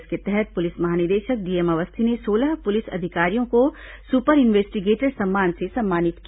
इसके तहत पुलिस महानिदेशक डीएम अवस्थी ने सोलह पुलिस अधिकारियों को सुपर इंवेस्टिगेटर सम्मान से सम्मानित किया